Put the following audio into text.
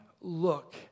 look